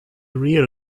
real